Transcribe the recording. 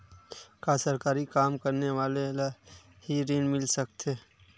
का सरकारी काम करने वाले ल हि ऋण मिल सकथे?